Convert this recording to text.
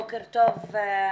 בוקר טוב לכולם.